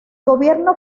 gobierno